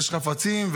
יש חפצים,